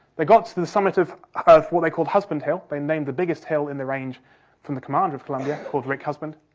they got to the the summit of of what they called husband hill, they named the biggest hill in the range from the commander of colombia, called rick husband.